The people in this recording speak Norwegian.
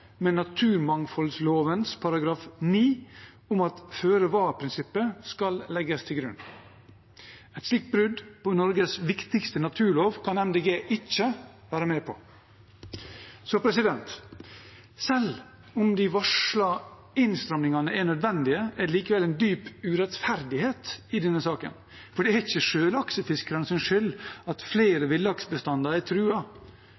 om at føre-var-prinsippet skal legges til grunn. Et slikt brudd på Norges viktigste naturlov kan Miljøpartiet De Grønne ikke være med på. Selv om de varslede innstrammingene er nødvendige, er det likevel en dyp urettferdighet i denne saken. For det er ikke sjølaksefiskernes skyld at